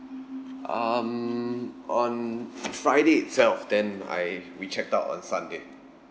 um on friday itself then I we checked out on sunday